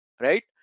right